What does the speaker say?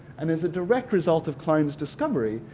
and as a direct result of kline's discovery,